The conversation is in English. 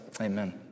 amen